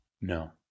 No